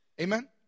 Amen